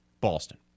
Boston